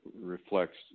reflects